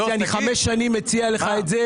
חמש שנים אני מציע לך את זה.